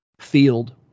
field